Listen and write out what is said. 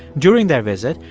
during their visit,